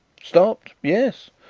stopped yes,